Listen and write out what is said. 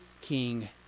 king